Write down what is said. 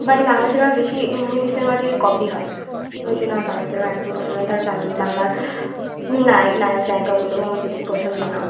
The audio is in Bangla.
মানে বাংলা সিনেমা বেশি হিন্দি সিনেমা থেকে কপি হয় ওই জন্য আমার বাংলা সিনেমা একদম পছন্দ নয় তার বাংলার নায়ক নায়িকাগুলোও আমার বেশি পছন্দ না